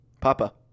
Papa